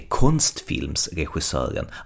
konstfilmsregissören